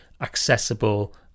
accessible